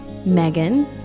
Megan